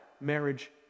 marriage